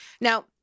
Now